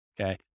Okay